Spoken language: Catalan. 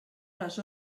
les